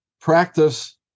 practice